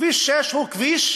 כביש 6 הוא כביש